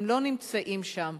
הם לא נמצאים שם.